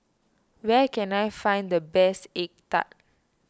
where can I find the best Egg Tart